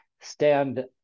stand